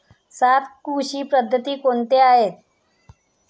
सात कृषी पद्धती कोणत्या आहेत?